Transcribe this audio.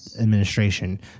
administration